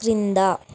క్రింద